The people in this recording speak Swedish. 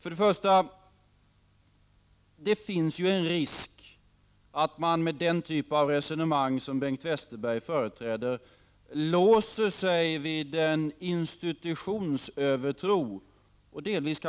Först och främst vill jag säga att det finns en risk att man med den typ av resonemang som Bengt Westerberg företräder låser sig vid en institutionsövertro och kanske delvis